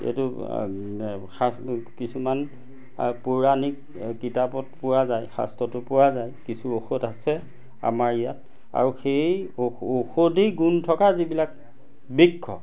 এইটো কিছুমান পৌৰাণিক কিতাপত পোৱা যায় শাস্ত্ৰটো পোৱা যায় কিছু ঔষধ আছে আমাৰ ইয়াত আৰু সেই ঔষধি গুণ থকা যিবিলাক বৃক্ষ